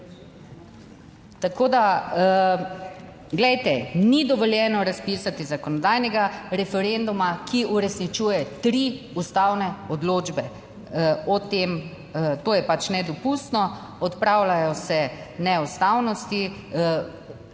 teče. Glejte, ni dovoljeno razpisati zakonodajnega referenduma, ki uresničuje tri ustavne odločbe o tem, to je pač nedopustno. Odpravljajo se neustavnosti,